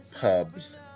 pubs